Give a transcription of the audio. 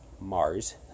Mars